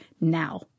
now